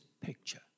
picture